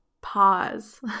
pause